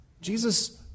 Jesus